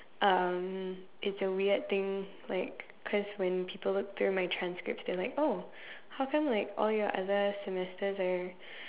um it's a weird thing like cause when people look through my transcripts they like oh how come like all your other semesters are